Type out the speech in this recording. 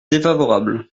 défavorable